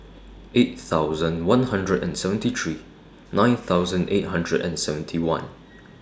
eight thousand one hundred and seventy three nine thousand eight hundred and seventy one